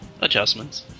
adjustments